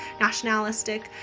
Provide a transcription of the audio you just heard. nationalistic